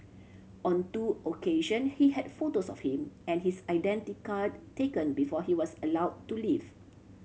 on two occasion he had photos of him and his identity card taken before he was allow to leave